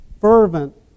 fervent